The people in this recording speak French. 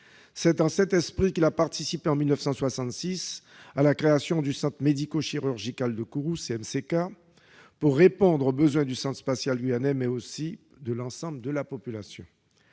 C'est dans cet esprit qu'il a participé en 1966 à la création du Centre médico-chirurgical de Kourou, le CMCK, pour répondre aux besoins du Centre spatial guyanais, ou CSG, ainsi que de l'ensemble de la population.